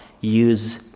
use